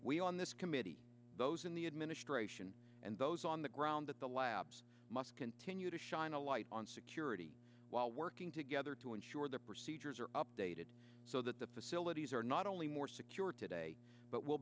we on this committee those in the administration and those on the ground at the labs must continue to shine a light on security while working together to ensure their procedures are updated so that the facilities are not only more secure today but will